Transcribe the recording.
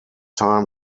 time